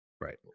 Right